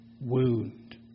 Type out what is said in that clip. wound